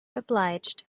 obliged